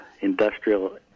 industrial